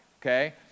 okay